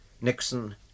Nixon